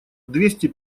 двести